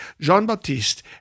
Jean-Baptiste